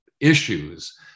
issues